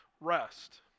rest